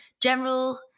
General